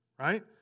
right